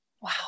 Wow